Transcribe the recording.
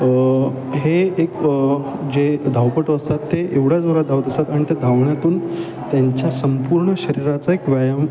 हे हे एक जे धावपट असतात ते एवढ्याच वरा धावत असतात आणि त्या धावण्यातून त्यांच्या संपूर्ण शरीराचा एक व्यायाम